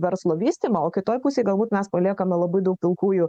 verslo vystymą o kitoj pusėj galbūt mes paliekame labai daug pilkųjų